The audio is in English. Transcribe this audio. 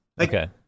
Okay